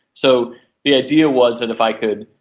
so the idea was that if i could,